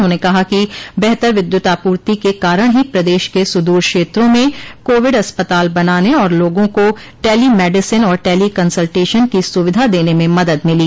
उन्होंने कहा कि बेहतर विद्युत आपर्ति के कारण ही प्रदेश के सुदूर क्षेत्रों में कोविड अस्पताल बनाने और लोगों को टैली मेडिसिन और टैली कंसल्टेशन की सुविधा देने में मदद मिली